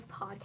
podcast